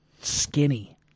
skinny